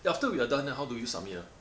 then after we are done then how do you submit ah